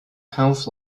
half